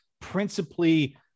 principally